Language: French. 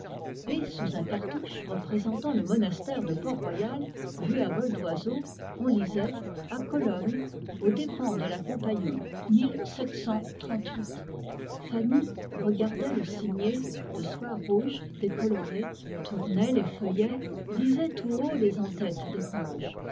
et sous un cartouche représentant le monastère de port-royal vu à vol d'oiseau on lisait à cologne aux dépens de la compagnie fanny regardait le signet de soie rouge décoloré tournait les feuillets lisait tout haut les en tête des pages